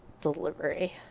delivery